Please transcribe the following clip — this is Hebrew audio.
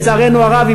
לצערנו הרב,